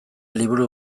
liburu